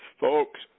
Folks